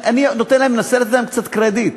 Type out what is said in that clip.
אני מנסה לתת להם קצת קרדיט,